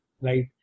right